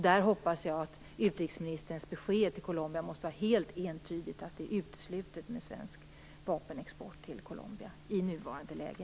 Jag hoppas att utrikesministerns besked till Colombia är helt entydigt, att det är uteslutet med svensk vapenexport till Colombia i nuvarande läge.